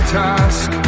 task